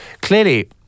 Clearly